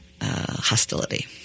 hostility